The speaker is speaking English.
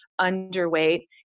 underweight